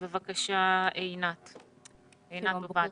בבקשה, עינת עובדיה.